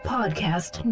Podcast